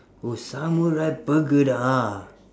oh samurai burger ah